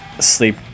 sleep